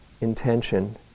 intention